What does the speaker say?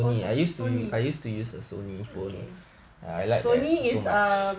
sony okay sony is um